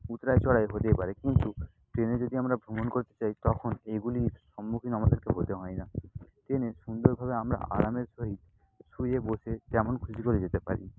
উৎরাই চড়াই হতেই পারে কিন্তু ট্রেনে যদি আমরা ভ্রমণ করতে চাই তখন এইগুলির সম্মুখীন আমাদেরকে হতে হয় না ট্রেনে সুন্দরভাবে আমরা আরামের সহিত শুয়ে বসে যেমন খুশি করে যেতে পারি